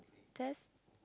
test